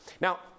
Now